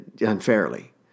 unfairly